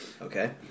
Okay